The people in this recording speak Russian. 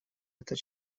этот